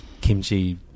kimchi